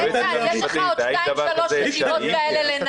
מיקי, יש לו עוד שתיים, שלוש ישיבות כאלה לנהל.